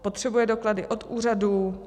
Potřebuje doklady od úřadů?